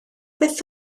byth